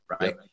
right